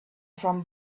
from